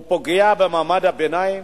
הוא פוגע במעמד הביניים.